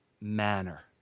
manner